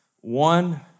one